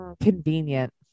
Convenient